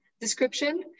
description